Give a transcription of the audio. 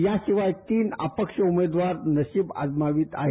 याशिवाय तीन अपक्ष उमेदवार नशिब आजमावीत आहे